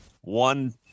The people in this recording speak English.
one